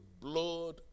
blood